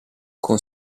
con